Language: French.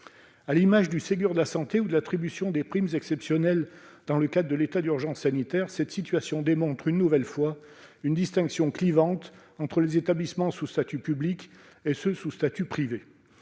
À l'image du Ségur de la santé ou de l'attribution des primes exceptionnelles dans le cadre de l'état d'urgence sanitaire, cette situation montre une nouvelle fois une distinction clivante entre les établissements sous statut public et les établissements sous statut privé.